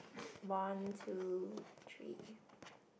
one two three